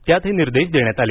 त्यात हे निर्देश देण्यात आले